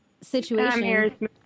situation